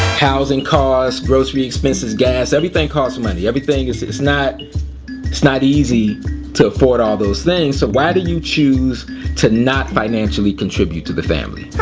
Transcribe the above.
housing cost grocery expenses gas everything costs money everything it's it's not it's not easy to afford all those things. so why do you choose to financially contribute to the family?